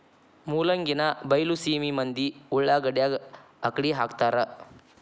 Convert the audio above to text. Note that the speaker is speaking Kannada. ಮೂಲಂಗಿನಾ ಬೈಲಸೇಮಿ ಮಂದಿ ಉಳಾಗಡ್ಯಾಗ ಅಕ್ಡಿಹಾಕತಾರ